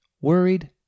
Worried